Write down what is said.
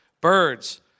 Birds